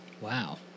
Wow